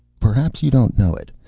perhaps you don't know it?